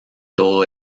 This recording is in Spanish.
todo